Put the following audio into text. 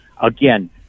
Again